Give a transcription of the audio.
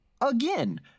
again